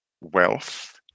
wealth